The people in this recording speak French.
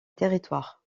territoire